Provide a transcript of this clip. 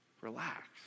Relax